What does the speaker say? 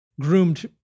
groomed